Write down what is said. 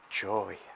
joy